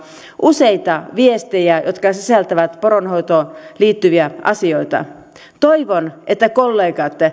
useita viestejä jotka sisältävät poronhoitoon liittyviä asioita toivon että kollegat